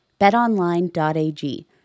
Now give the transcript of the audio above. betonline.ag